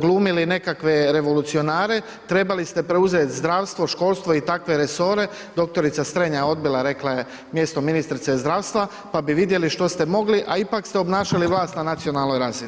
glumili nekakve revolucionare, trebali ste preuzeti zdravstvo, školstvo i takve resore, dr. Strenja odbila rekla je mjesto ministrice zdravstva pa bi vidjeli što ste mogli, a ipak ste obnašali vlast na nacionalnoj razini.